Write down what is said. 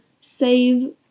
save